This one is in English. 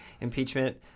impeachment